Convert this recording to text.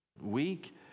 weak